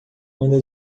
anda